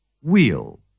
Wheel